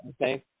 okay